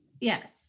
Yes